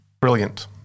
Brilliant